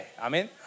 Amen